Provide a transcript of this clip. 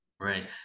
right